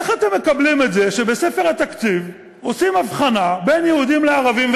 איך אתם מקבלים את זה שבספר התקציב עושים הבחנה בין יהודים לערבים,